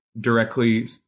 directly